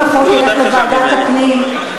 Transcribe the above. אם החוק בוועדת הפנים,